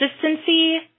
consistency